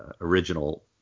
original